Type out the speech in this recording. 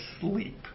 sleep